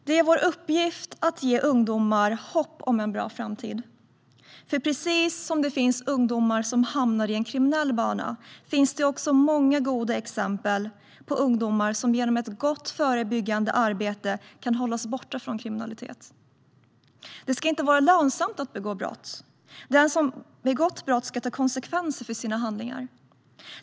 Det är vår uppgift att ge ungdomar hopp om en bra framtid. Det finns ungdomar som hamnar på en kriminell bana, men det finns också många exempel på ungdomar som genom ett gott förebyggande arbete har kunnat hållas borta från kriminalitet. Det ska inte vara lönsamt att begå brott. Den som har begått brott ska ta konsekvenser för sina handlingar.